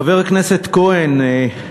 חבר הכנסת כהן,